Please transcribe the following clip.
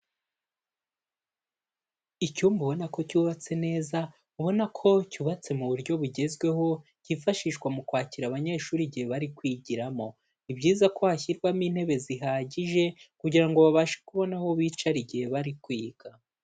Icyumba ubona ko cyubatse neza, ubona ko cyubatse mu buryo bugezweho, cyifashishwa mu kwakira abanyeshuri igihe bari kwigiramo. Ni byiza ko hashyirwamo intebe zihagije, kugira ngo babashe kubona aho bicara igihe bari kwiga.